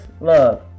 love